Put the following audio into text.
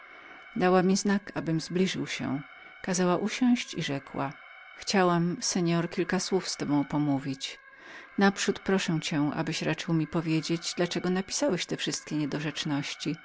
dała mi znak abym zbliżył się kazała usiąść i rzekła chciałam kilka słów z panem pomówić naprzód proszę cię abyś raczył mi powiedzieć dla czego napisałeś mi te wszystkie